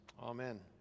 Amen